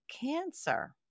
cancer